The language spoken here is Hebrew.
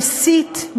מסית,